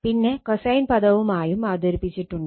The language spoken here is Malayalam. പിന്നെ കോസൈൻ പദവുമായും അവതരിപ്പിച്ചിട്ടുണ്ട്